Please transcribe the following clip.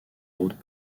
aube